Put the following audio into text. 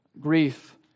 grief